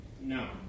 no